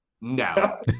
No